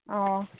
ꯑꯣ